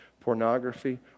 pornography